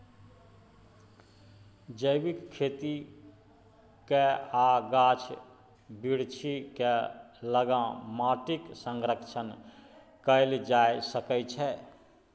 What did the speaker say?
जैबिक खेती कए आ गाछ बिरीछ केँ लगा माटिक संरक्षण कएल जा सकै छै